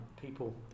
people